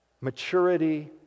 maturity